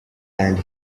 and